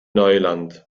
neuland